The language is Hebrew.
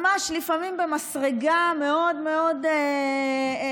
ממש לפעמים במסרגה מאוד מאוד עדינה,